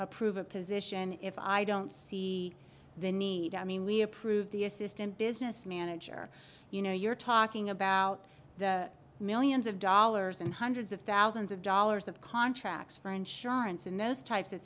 approve a position if i don't see the need i mean we approve the assistant business manager you know you're talking about millions of dollars and hundreds of thousands of dollars of contracts for insurance and those types of